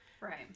right